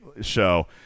show